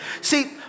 See